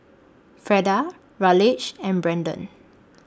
Freda Raleigh and Braedon